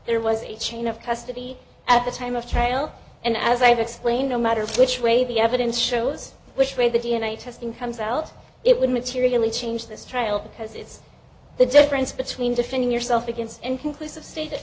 there was a chain of custody at the time of trial and as i've explained no matter which way the evidence shows which way the d n a testing comes out it would materially change this trial because it's the difference between defending yourself against inconclusive stated